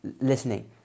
listening